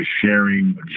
sharing